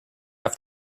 have